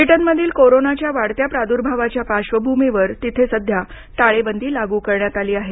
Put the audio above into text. ब्रिटनमधील कोरोनाच्या वाढत्या प्रादुर्भावाच्या पार्श्वभूमीवर तिथे सध्या टाळेबंदी लागू करण्यात आली आहे